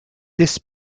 this